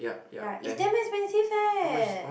ya it's damn expensive eh